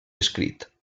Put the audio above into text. escrit